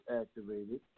activated